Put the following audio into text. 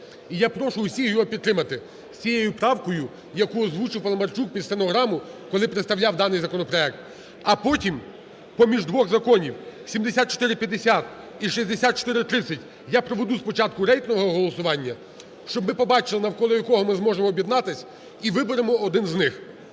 І я прошу всіх його підтримати з цією правкою, яку озвучив Паламарчук під стенограму, коли представляв даний законопроект. А потім поміж двох законів 7450 і 6430 я проведу спочатку рейтингове голосування, щоб ми побачили, навколо якого ми зможемо об'єднатись і виберемо один з них.